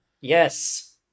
Yes